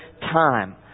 time